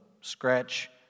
scratch